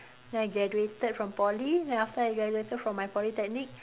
then I graduated from Poly then after I graduated from my Polytechnic